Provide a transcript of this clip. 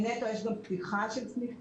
יש גם פתיחה של סניפים,